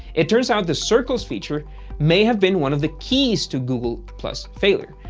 it turns out the circles feature may have been one of the keys to google plus failure,